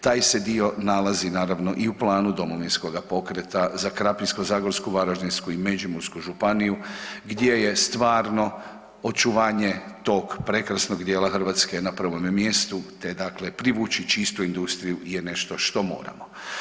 Taj se dio nalazi naravno i u planu Domovinskoga pokreta za Krapinsko-zagorsku, Varaždinsku i Međimursku županiju gdje je stvarno očuvanje tog prekrasnog dijela Hrvatske na prvome mjestu te dakle privući čistu industriju je nešto što moramo.